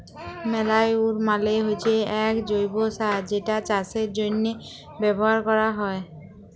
ম্যালইউর মালে হচ্যে এক জৈব্য সার যেটা চাষের জন্হে ব্যবহার ক্যরা হ্যয়